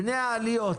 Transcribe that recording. בני העליות.